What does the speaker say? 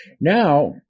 Now